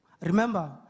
Remember